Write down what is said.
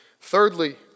Thirdly